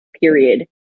period